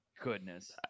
goodness